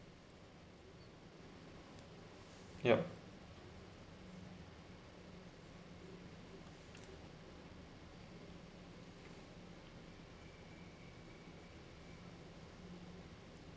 yup